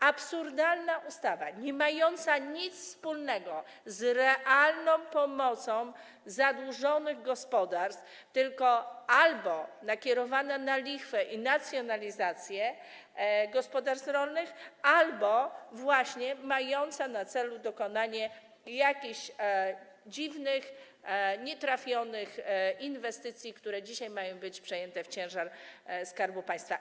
Absurdalna ustawa, niemająca nic wspólnego z realną pomocą zadłużonym gospodarstwom, tylko albo nakierowana na lichwę i nacjonalizację gospodarstw rolnych, albo właśnie mająca na celu dokonanie jakichś dziwnych, nietrafionych inwestycji, które dzisiaj mają być przejęte w ciężar Skarbu Państwa.